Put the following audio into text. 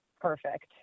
perfect